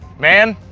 man,